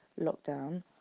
lockdown